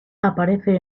aparece